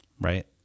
Right